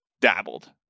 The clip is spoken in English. dabbled